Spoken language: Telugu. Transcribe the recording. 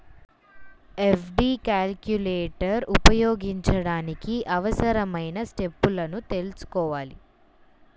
ఎఫ్.డి క్యాలిక్యులేటర్ ఉపయోగించడానికి అవసరమైన స్టెప్పులను తెల్సుకోవాలి